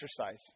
exercise